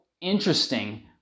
interesting